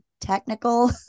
technical